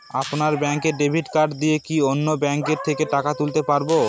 আপনার ব্যাংকের debit card দিয়ে কি অন্য ব্যাংকের থেকে টাকা তুলতে পারবো?